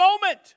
moment